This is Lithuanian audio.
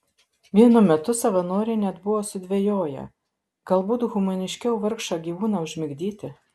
vienu metu savanoriai net buvo sudvejoję galbūt humaniškiau vargšą gyvūną užmigdyti